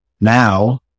Now